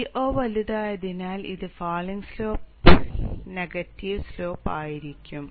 Vo വലുതായതിനാൽ ഇത് falling സ്ലോപ്പിൽ നെഗറ്റീവ് സ്ലോപ്പ് ആയിരിക്കും